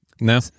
No